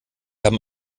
haben